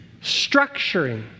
structuring